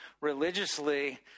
religiously